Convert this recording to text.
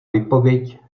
výpověď